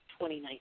2019